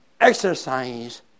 exercise